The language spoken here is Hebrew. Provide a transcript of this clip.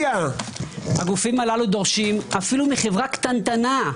הגופים הללו דורשים אפילו מחברה קטנטנה,